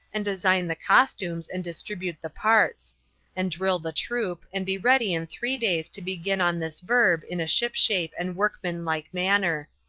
and design the costumes, and distribute the parts and drill the troupe, and be ready in three days to begin on this verb in a shipshape and workman-like manner.